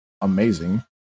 amazing